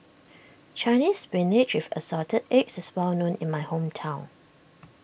Chinese Spinach with Assorted Eggs is well known in my hometown